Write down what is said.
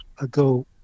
ago